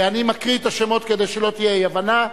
אני קורא את השמות, כדי שלא תהיה אי-הבנה.